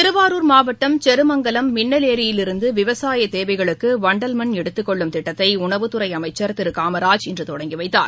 திருவாரூர் மாவட்டம் செருமங்கலம் மின்னலேரியிலிருந்து விவசாய தேவைகளுக்கு வண்டல் மண் எடுத்துக் கொள்ளும் திட்டத்தை உணவுத் துறை அமைச்சர் திரு காமராஜ் இன்று தொடங்கிவைத்தார்